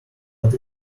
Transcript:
but